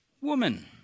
Woman